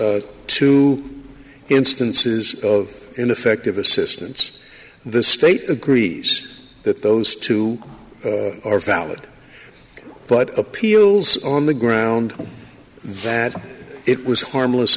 s two instances of ineffective assistance the state agrees that those two are valid but appeals on the ground that it was harmless